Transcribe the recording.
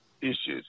issues